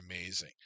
amazing